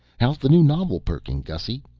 how's the new novel perking, gussy?